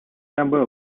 number